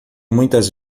muitas